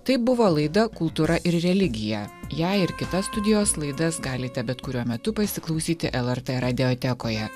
tai buvo laida kultūra ir religija ją ir kitas studijos laidas galite bet kuriuo metu pasiklausyti lrt radiotekoje